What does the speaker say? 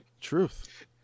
Truth